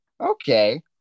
Okay